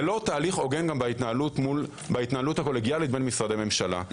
זה לא תהליך הוגן גם בהתנהלות הקולגיאלית בין משרדי ממשלה.